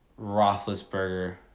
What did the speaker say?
Roethlisberger